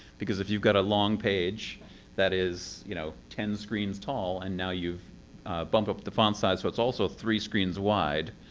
because if you've got a long page that is you know ten screens tall, and now you've bumped up the font size so it's also three screens wide.